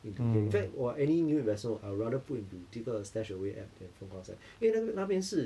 into here in fact 我 any new investment I would rather put into 这个 StashAway app than feng kuang side 因为那个那边是